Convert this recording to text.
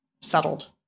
settled